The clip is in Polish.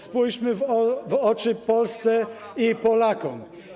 Spójrzmy w oczy Polsce i Polakom.